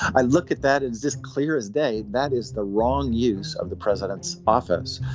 i look at that is this clear as day that is the wrong use of the president's office.